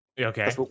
Okay